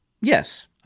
yes